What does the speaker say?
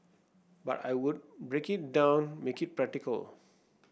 but I would break it down make it practical